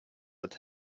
that